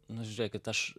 nu žiūrėkit aš